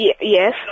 Yes